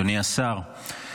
אדוני השר,